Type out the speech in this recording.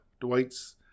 Dwight's